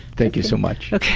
thank you so much. okay.